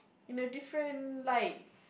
in a different light